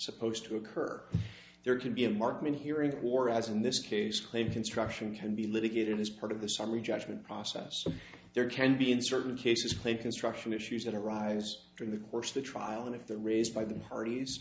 supposed to occur there can be a marked man hearing or as in this case claim construction can be litigated as part of the summary judgment process there can be in certain cases clay construction issues that arise during the course of the trial if they're raised by the hearties